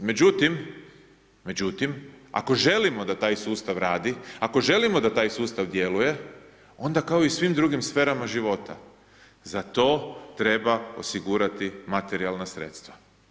Međutim, međutim ako želimo da taj sustav radi, ako želimo da taj sustav djeluje onda kao i u svim drugim sferama života za to treba osigurati materijalna sredstva.